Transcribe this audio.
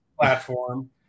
platform